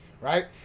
right